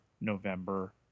November